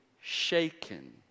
shaken